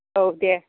औ दे